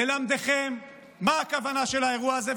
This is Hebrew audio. ללמדכם מה הכוונה של האירוע הזה.